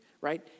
right